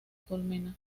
colmena